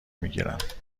میگیرند